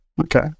Okay